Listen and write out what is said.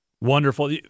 Wonderful